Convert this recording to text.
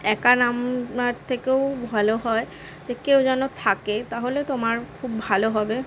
একা নামার থেকেও ভালো হয় যে কেউ যেন থাকে তাহলে তোমার খুব ভালো হবে